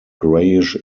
grayish